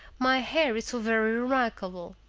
my hair is so very remarkable.